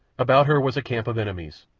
about her was a camp of enemies.